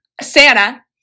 Santa